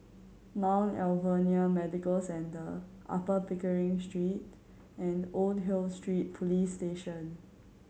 Mount Alvernia Medical Centre Upper Pickering Street and Old Hill Street Police Station